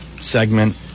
segment